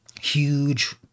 huge